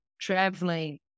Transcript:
traveling